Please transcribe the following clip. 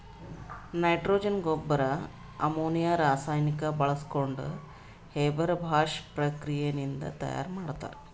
nitrogen ಗೊಬ್ಬರ್ ammonia ರಾಸಾಯನಿಕ್ ಬಾಳ್ಸ್ಕೊಂಡ್ ಹೇಬರ್ ಬಾಷ್ ಪ್ರಕ್ರಿಯೆ ನಿಂದ್ ತಯಾರ್ ಮಾಡ್ತರ್